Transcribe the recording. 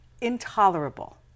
Intolerable